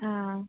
ആ